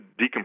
decompress